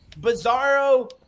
bizarro